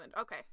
okay